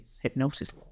Hypnosis